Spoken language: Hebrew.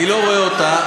אני לא רואה אותה,